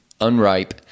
unripe